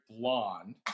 blonde